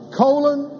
colon